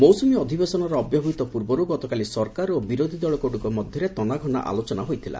ମୌସ୍ବମୀ ଅଧିବେଶନର ଅବ୍ୟବହିତ ପୂର୍ବରୁ ଗତକାଲି ସରକାର ଓ ବିରୋଧୀ ଦଳଗୁଡ଼ିକ ମଧ୍ଧରେ ତନାଗନା ଆଲୋଚନା ହୋଇଥିଲା